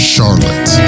Charlotte